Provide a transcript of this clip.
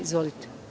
Izvolite.